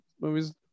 movies